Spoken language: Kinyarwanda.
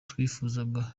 twifuzaga